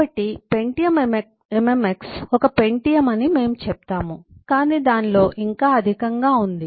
కాబట్టి Pentium MMX ఒక Pentium అని మేము చెప్తాము కాని దానిలో ఇంకా అధికంగా ఉంది